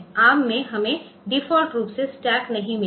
ARM में हमने default रूप से स्टैक नहीं मिला है